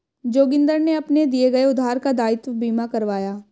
जोगिंदर ने अपने दिए गए उधार का दायित्व बीमा करवाया